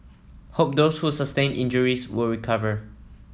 hope those who sustained injuries will recover